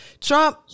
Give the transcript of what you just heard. Trump